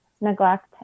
neglect